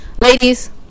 Ladies